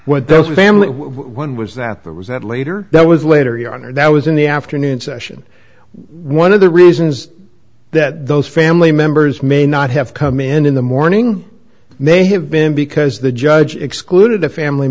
what those families one was that there was that later that was later your honor that was in the afternoon session one of the reasons that those family members may not have come in in the morning may have been because the judge excluded a family